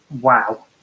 wow